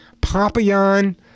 Papillon